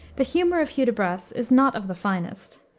the humor of hudibras is not of the finest.